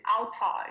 outside